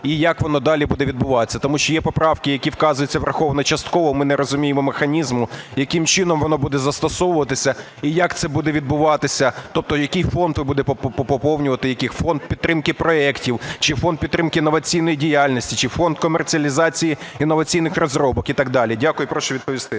і як воно далі буде відбуватися. Тому що є поправки, які вказується – враховані частково. Ми не розуміємо механізму яким чином воно буде застосовуватися і як це буде відбуватися, тобто який фонд воно буде поповнювати, який фонд, підтримки проектів чи фонд підтримки інноваційної діяльності, чи фонд комерціалізації інноваційних розробок і так далі? Дякую і прошу відповісти.